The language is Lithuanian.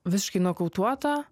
visiškai nokautuota